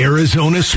Arizona